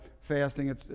fasting